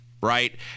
right